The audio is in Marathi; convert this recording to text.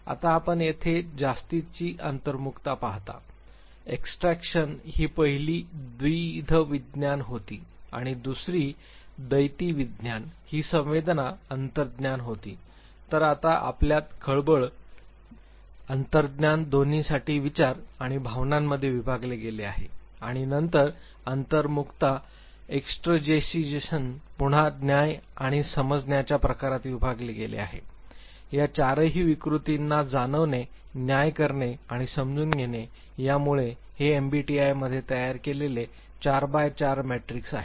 आता आपण येथे जास्तीचा अंतर्मुखता पाहता एक्सट्रोवर्जन ही पहिली द्वैधविज्ञान होती आणि दुसरी द्वैतिविज्ञान ही संवेदना अंतर्ज्ञान होती तर आता आपल्यात खळबळ अंतर्ज्ञान दोन्हीसाठी विचार आणि भावनांमध्ये विभागले गेले आहे आणि नंतर अंतर्मुखता एक्सट्रोज़िशन पुन्हा न्याय आणि समजण्याच्या प्रकारात विभागले गेले आहे या चारही विकृतींना जाणवणे न्याय करणे आणि समजून घेणे त्यामुळे हे एमबीटीआय मध्ये तयार केलेले 4 बाय 4 मॅट्रिक्स आहे